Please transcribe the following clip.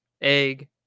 egg